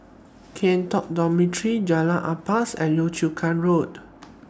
Kian Talk Dormitory Jalan Ampas and Yio Chu Kang Road